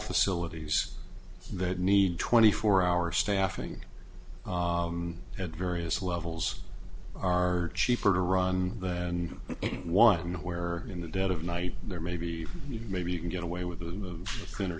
facilities that need twenty four hour staffing and various levels are cheaper to run and want and where in the dead of night there maybe you maybe you can get away with the cleaner